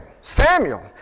Samuel